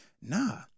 Nah